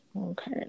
Okay